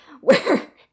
where-